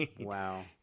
Wow